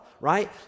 right